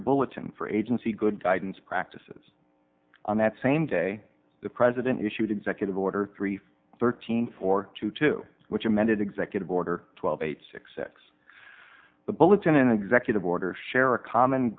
a bulletin for agency good guidance practices on that same day the president issued executive order three thirteen four two two which amended executive order twelve eight six six the bullets in an executive order share a common